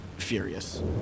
furious